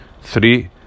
three